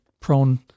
prone